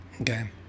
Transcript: okay